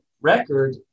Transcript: record